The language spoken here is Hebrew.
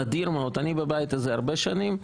אני בבית הזה הרבה שנים,